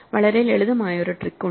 വളരെ ലളിതമായ ഒരു ട്രിക്ക് ഉണ്ട്